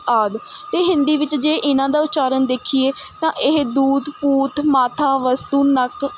ਆਦਿ ਅਤੇ ਹਿੰਦੀ ਵਿੱਚ ਜੇ ਇਹਨਾਂ ਦਾ ਉਚਾਰਨ ਦੇਖੀਏ ਤਾਂ ਇਹ ਦੂਧ ਪੂਤ ਮਾਥਾ ਵਸਤੂ ਨੱਕ